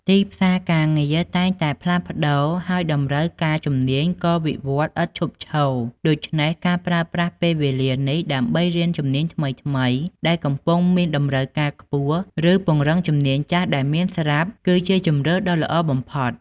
ទីផ្សារការងារតែងតែផ្លាស់ប្តូរ ហើយតម្រូវការជំនាញក៏វិវត្តន៍ឥតឈប់ឈរ ដូច្នេះការប្រើប្រាស់ពេលវេលានេះដើម្បីរៀនជំនាញថ្មីៗដែលកំពុងមានតម្រូវការខ្ពស់ ឬពង្រឹងជំនាញចាស់ដែលអ្នកមានស្រាប់ គឺជាជម្រើសដ៏ល្អបំផុត។